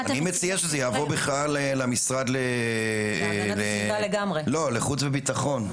אני מציע בכלל שזה יעבור למשרד לחוץ וביטחון.